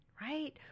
right